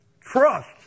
trust